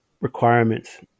requirements